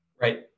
right